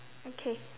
okay